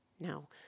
Now